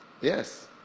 yes